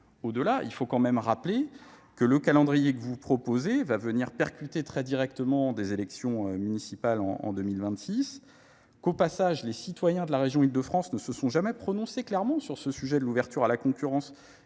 encore, il faut le rappeler, le calendrier que vous proposez va venir percuter très directement les élections municipales de 2026. Les citoyens de la région Île de France ne se sont d’ailleurs jamais prononcés clairement sur ce sujet de l’ouverture à la concurrence.